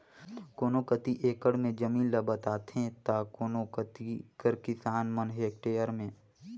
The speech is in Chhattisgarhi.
कोनो कती एकड़ में जमीन ल बताथें ता कोनो कती कर किसान मन हेक्टेयर में